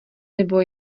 nebo